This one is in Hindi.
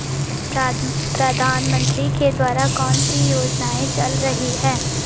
प्रधानमंत्री के द्वारा कौनसी योजनाएँ चल रही हैं?